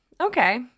Okay